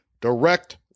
direct